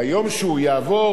ביום שהוא יעבור,